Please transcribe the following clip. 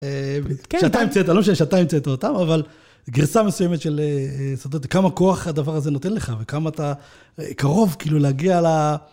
לא משנה שאתה המצאת אותם, אבל גרסה מסוימת של... כמה כוח הדבר הזה נותן לך וכמה אתה קרוב כאילו להגיע ל...